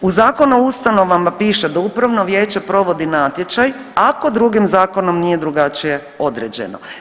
U Zakonu o ustanovama piše da upravno vijeće provodi natječaj ako drugim zakonom nije drugačije određeno.